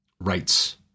rights